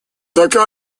такая